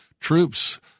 troops